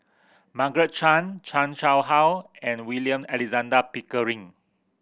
Margaret Chan Chan Chang How and William Alexander Pickering